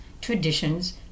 traditions